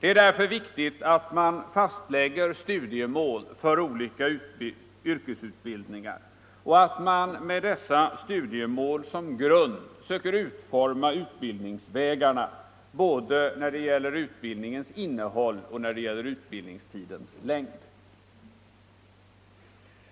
Det är därför viktigt att man fastlägger studiemål för olika yrkesutbildningar och att man med dessa studiemål som grund söker utforma utbildningsvägarna, när det gäller både utbildningens innehåll och utbildningstidens längd.